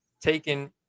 taken